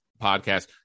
podcast